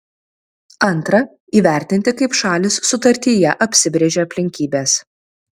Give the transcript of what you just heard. antra įvertinti kaip šalys sutartyje apsibrėžė aplinkybes